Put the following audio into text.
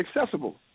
accessible